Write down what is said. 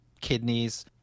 kidneys